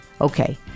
Okay